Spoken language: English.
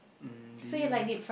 mm do you